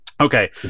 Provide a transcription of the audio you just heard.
Okay